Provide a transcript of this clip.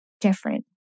different